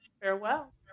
farewell